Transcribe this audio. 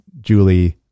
Julie